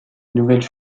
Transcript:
nouvelle